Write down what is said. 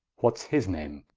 what's his name?